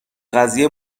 قضیه